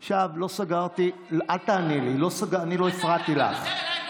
עכשיו, לא סגרתי, אל תעני לי, אני לא הפרעתי לך.